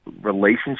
relationship